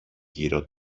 γύρω